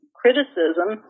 criticism